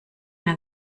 ein